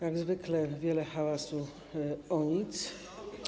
Jak zwykle, wiele hałasu o nic.